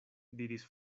diris